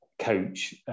coach